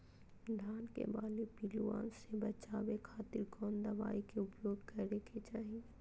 धान के बाली पिल्लूआन से बचावे खातिर कौन दवाई के उपयोग करे के चाही?